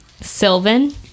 Sylvan